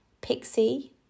Pixie